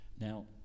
Now